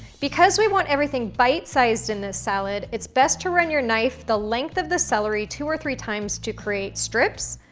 because we want everything bite-sized in the salad, it's best to run your knife the length of the celery two or three times to create strips,